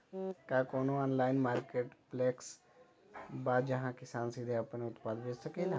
का कोनो online marketplace बा जहां किसान सीधे अपन उत्पाद बेच सकता?